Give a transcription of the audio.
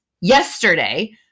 yesterday